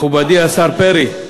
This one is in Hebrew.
מכובדי השר פרי,